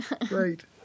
Great